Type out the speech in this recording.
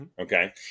okay